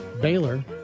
Baylor